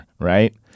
right